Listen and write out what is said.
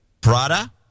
Prada